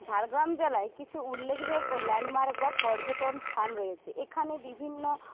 ঝাড়গ্রাম জেলায় কিছু উল্লেখযোগ্য ল্যান্ডমার্ক বা পর্যটনস্থান রয়েছে এখানে বিভিন্ন